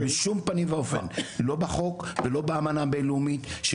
אבל בשום פנים ואופן לא בחוק ולא אמנה הבינלאומית.